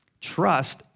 Trust